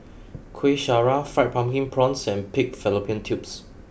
Kuih Syara Fried Pumpkin Prawns and pig fallopian tubes